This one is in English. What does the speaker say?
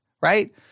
right